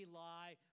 lie